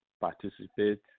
participate